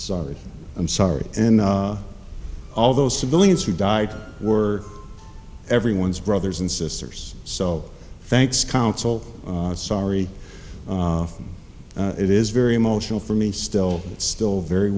sorry i'm sorry and all those civilians who died were everyone's brothers and sisters so thanks counsel sorry it is very emotional for me still it's still very